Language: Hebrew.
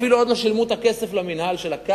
אפילו עוד לא שילמו את הכסף למינהל על הקרקע,